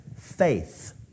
faith